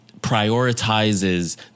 prioritizes